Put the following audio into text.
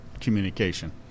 communication